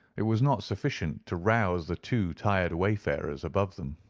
it was not sufficient to rouse the two tired wayfarers above them.